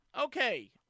Okay